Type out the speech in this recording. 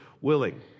willing